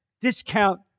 discount